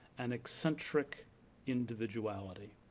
and eccentric individuality.